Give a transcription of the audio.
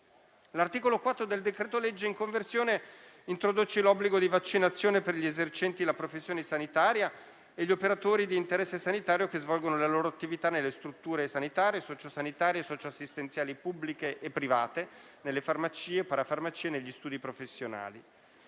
L'articolo 4 del decreto-legge in conversione introduce l'obbligo di vaccinazione per gli esercenti le professioni sanitarie e per gli operatori di interesse sanitario che svolgono la loro attività nelle strutture sanitarie, socio-sanitarie e socio-assistenziali pubbliche e private, nelle farmacie, parafarmacie e negli studi professionali.